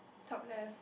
top left